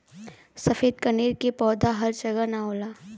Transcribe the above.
सफ़ेद कनेर के पौधा हर जगह ना होला